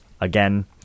again